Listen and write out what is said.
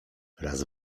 raz